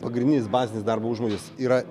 pagrindinis bazinis darbo užmokestis yra